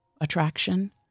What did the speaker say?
attraction